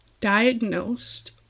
diagnosed